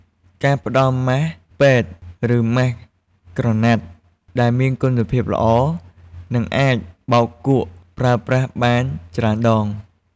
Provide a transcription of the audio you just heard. គួរផ្តល់ម៉ាស់ពេទ្យ ឬម៉ាស់ក្រណាត់ដែលមានគុណភាពល្អ និងអាចបោកគក់ប្រើប្រាស់បានច្រើនដង។